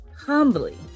humbly